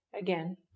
Again